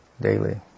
daily